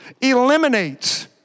eliminates